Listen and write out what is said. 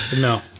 No